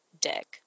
dick